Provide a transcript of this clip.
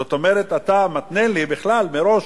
זאת אומרת, אתה מתנה לי בכלל מראש,